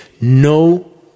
no